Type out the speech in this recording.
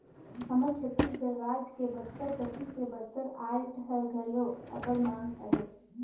हमर छत्तीसगढ़ राज के बस्तर कती के बस्तर आर्ट ह घलो अब्बड़ मांग अहे